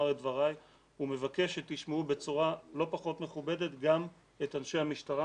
את דבריי ומבקש שתשמעו בצורה לא פחות מכובדת גם את אנשי המשטרה